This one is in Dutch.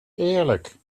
eerlijk